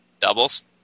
Doubles